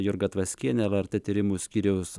jurga tvaskienė lrt tyrimų skyriaus